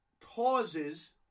causes